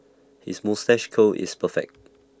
his moustache curl is perfect